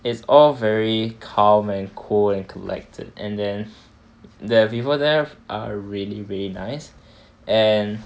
it's all very calm and cool and collected and then the people there are really very nice and